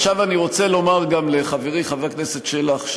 עכשיו אני רוצה לומר גם לחברי חבר הכנסת שלח,